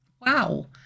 wow